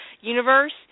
universe